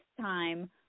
time